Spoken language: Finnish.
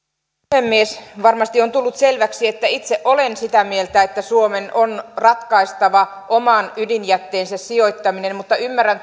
puhemies varmasti on tullut selväksi että itse olen sitä mieltä että suomen on ratkaistava oman ydinjätteensä sijoittaminen mutta ymmärrän